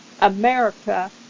America